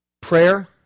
Prayer